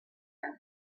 him